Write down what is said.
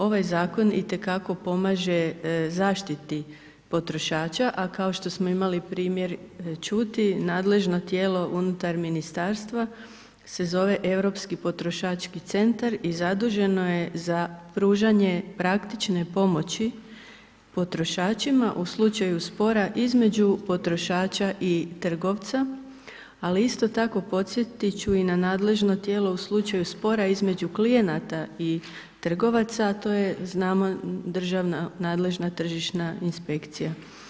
Ovaj Zakon itekako pomaže zaštiti potrošača, a kao što smo imali primjer čuti, nadležno tijelo unutar Ministarstva se zove Europski potrošački centar i zaduženo je za pružanje praktične pomoći potrošačima u slučaju spora između potrošača i trgovca, ali isto tako podsjetiti ću i na nadležno tijelo u slučaju spora između klijenata i trgovaca, a to je znamo Državna nadležna tržišna inspekcija.